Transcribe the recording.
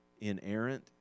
inerrant